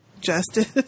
justice